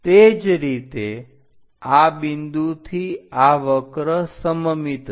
તે જ રીતે આ બિંદુથી આ વક્ર સમમિત છે